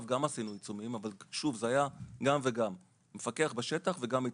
עשינו עיצומים אבל זה היה גם מפקח בשטח וגם עיצומים.